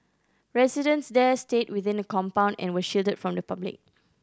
residents there stayed within the compound and were shielded from the public